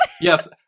yes